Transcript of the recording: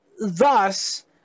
Thus